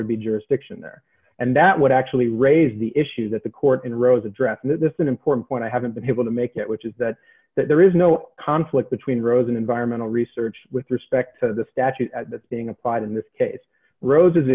would be jurisdiction there and that would actually raise the issue that the court in rows addressed and this is an important point i haven't been able to make it which is that there is no conflict between rosen environmental research with respect to the statute that's being applied in this case rose